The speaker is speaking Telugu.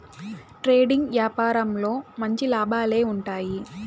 ట్రేడింగ్ యాపారంలో మంచి లాభాలే ఉంటాయి